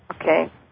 Okay